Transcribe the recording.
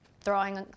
throwing